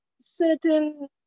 certain